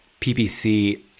PPC